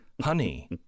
honey